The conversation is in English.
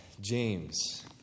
James